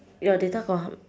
your data got how